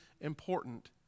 important